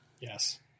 Yes